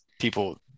people